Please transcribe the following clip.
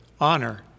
honor